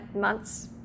months